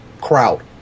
crowd